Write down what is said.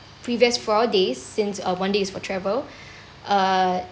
previous four days since uh one day is for travel uh